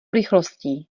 rychlostí